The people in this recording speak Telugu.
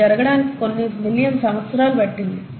ఇది జరగటానికి కొన్ని మిలియన్ సంవత్సరాలు పట్టింది